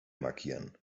markieren